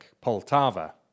Poltava